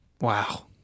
Wow